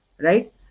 Right